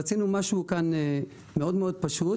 רצינו משהו מאוד פשוט